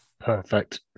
Perfect